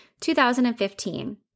2015